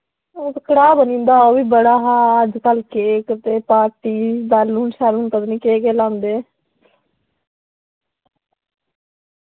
ओह् ते कड़ा बनिंदा हा ओह् वी बड़ा हा अज्जकल केक ते पार्टी बैलून शैलून पता नी केह् केह् लांदे